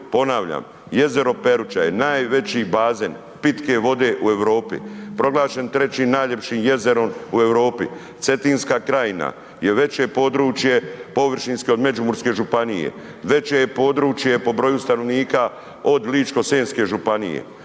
Ponavljam jezero Peruća je najveći bazen pitke vode u Europi, proglašen trećim najljepišim jezerom u Europi. Cetinska krajina je veće područje površinski od Međimurske županije, veće je područje po broju stanovnika od Ličko-senjske županije.